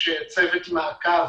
יש צוות מעקב